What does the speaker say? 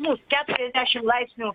mūs keturiasdešim laipsnių